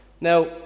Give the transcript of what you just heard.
Now